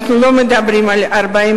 אנחנו לא מדברים על 40,000,